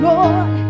Lord